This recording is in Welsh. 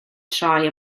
troi